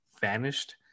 vanished